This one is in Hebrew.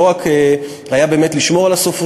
הוא לא היה על סופרים.